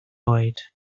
oed